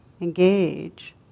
engage